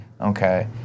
Okay